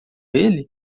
ele